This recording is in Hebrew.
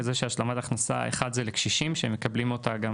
זה שהשלמת הכנסה אחד זה לקשישים שמקבלים אותה גם